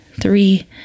three